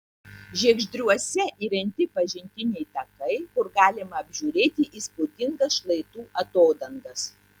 žiegždriuose įrengti pažintiniai takai kur galima apžiūrėti įspūdingas šlaitų atodangas